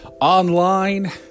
online